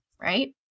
right